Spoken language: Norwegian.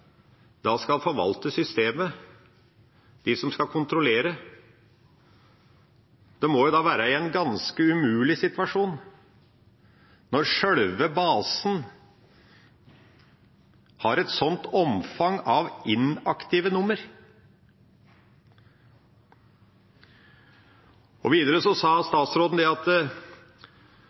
da skal forvalte systemet, de som skal kontrollere, må være i en ganske umulig situasjon når sjølve basen har et sånt omfang av inaktive nummer. Videre sa statsråden at det